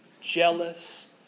jealous